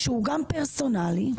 יש לנו כאן חוק שהוא גם פרסונלי,